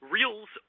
Reels